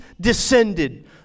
descended